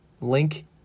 Link